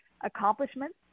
accomplishments